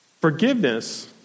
Forgiveness